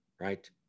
right